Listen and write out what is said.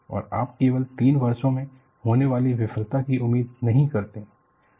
और आप केवल 3 वर्षों में होने वाली विफलता की उम्मीद नहीं करते हैं